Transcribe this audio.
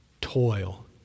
toil